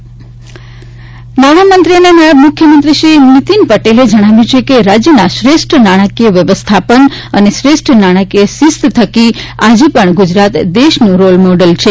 અંદાજપત્ર નાણાંમંત્રી અને નાયબ મુખ્યમંત્રી શ્રી નીતિન પટેલે જણાવ્યું છે કે રાજ્યના શ્રેષ્ઠ નાણાકીય વ્યવસ્થાપન અને શ્રેષ્ઠ નાણાકીય શિસ્ત થકી આજેપણ ગુજરાત દેશનું રોલ મોડેલ છે